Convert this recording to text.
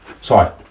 sorry